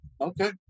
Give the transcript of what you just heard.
Okay